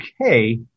okay